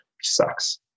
sucks